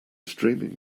streaming